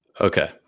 Okay